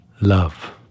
love